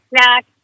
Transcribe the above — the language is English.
snack